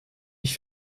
ich